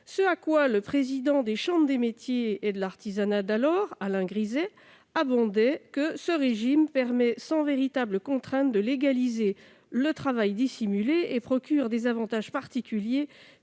de l'Assemblée permanente des chambres de métiers et de l'artisanat (APCMA), Alain Griset, ajoutait encore que ce régime « permet, sans véritable contrainte, de légaliser le travail dissimulé et procure des avantages particuliers